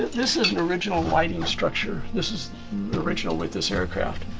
this is an original lighting structure. this is original with this aircraft.